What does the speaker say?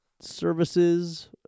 services